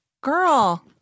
Girl